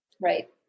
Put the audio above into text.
Right